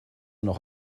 noch